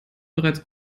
bereits